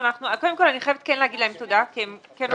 אני חייבת כן לומר להם תודה כי הם כן עושים.